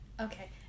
Okay